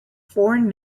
foreign